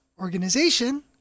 organization